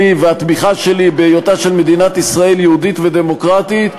והתמיכה שלי בהיותה של מדינת ישראל יהודית ודמוקרטית,